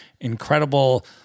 incredible